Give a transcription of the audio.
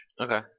okay